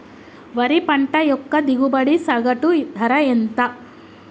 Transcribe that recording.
వరి పంట యొక్క దిగుబడి సగటు ధర ఎంత?